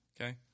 okay